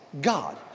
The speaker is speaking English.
God